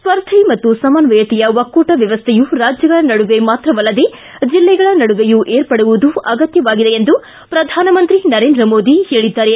ಸ್ಪರ್ಧೆ ಮತ್ತು ಸಮನ್ವಯತೆಯ ಒಕ್ಕೂಟ ವ್ಯವಸ್ಥೆಯು ರಾಜ್ಯಗಳ ನಡುವೆ ಮಾತ್ರವಲ್ಲದೇ ಜಿಲ್ಲೆಗಳ ನಡುವೆಯೂ ಏರ್ಪಡುವುದು ಅಗತ್ಯವಾಗಿದೆ ಎಂದು ಪ್ರಧಾನಮಂತ್ರಿ ನರೇಂದ್ರ ಮೋದಿ ಹೇಳಿದ್ದಾರೆ